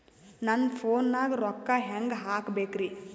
ನನ್ನ ಫೋನ್ ನಾಗ ರೊಕ್ಕ ಹೆಂಗ ಹಾಕ ಬೇಕ್ರಿ?